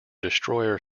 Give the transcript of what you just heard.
destroyer